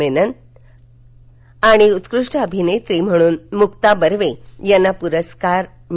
मेनन आणि उत्कृष्ट अभिनेत्री म्हणून मुक्ता बर्वे यांनी पुरस्कार पटकाविला